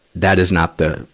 that is not the,